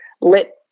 let